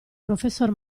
professor